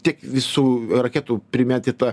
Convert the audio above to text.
tiek visų raketų primėtyta